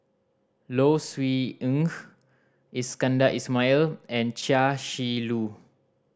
Low Siew Nghee Iskandar Ismail and Chia Shi Lu